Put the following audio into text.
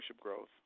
growth